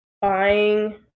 buying